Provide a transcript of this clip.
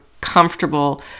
comfortable